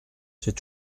c’est